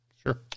Sure